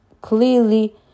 clearly